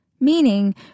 Meaning